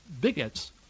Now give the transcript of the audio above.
bigots